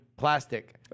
plastic